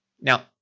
Now